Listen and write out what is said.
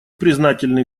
признательны